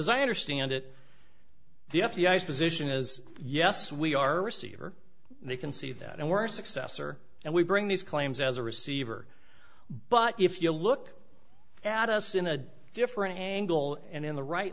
as i understand it the f b i is position as yes we are receiver they can see that and we're successor and we bring these claims as a receiver but if you look at us in a different angle and in the right